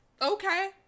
okay